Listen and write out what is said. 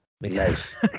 Nice